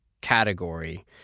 category